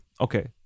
okay